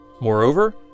Moreover